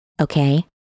Okay